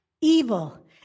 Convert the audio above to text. Evil